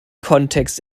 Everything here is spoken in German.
kontext